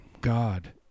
god